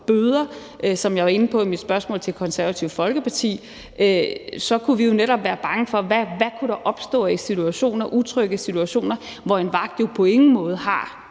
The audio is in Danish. bøder. Som jeg var inde på i mit spørgsmål til Det Konservative Folkeparti, kunne vi jo netop være bange for, hvad der kunne opstå af situationer, utrygge situationer, hvor en vagt jo til trods for